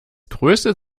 größte